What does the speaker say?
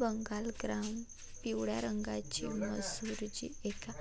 Bengal gram पिवळ्या रंगाची मसूर, जी एका